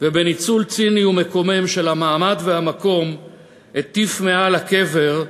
ובניצול ציני ומקומם של המעמד והמקום הטיף מעל הקבר,